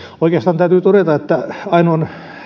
oikeastaan täytyy todeta että ainoan